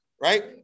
right